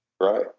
Right